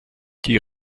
die